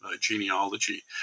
genealogy